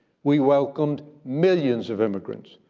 we welcomed millions of immigrants,